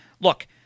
Look